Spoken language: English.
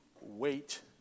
wait